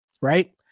right